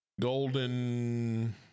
golden